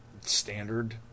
standard